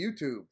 YouTube